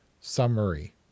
summary